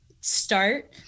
start